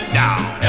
down